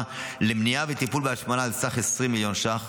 לבנייה ולטיפול בהשמנה על סך 20 מיליון ש"ח.